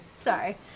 Sorry